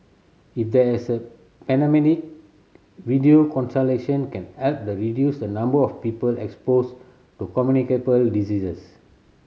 if there is a video consultation can help the reduce the number of people exposed to communicable diseases